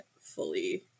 fully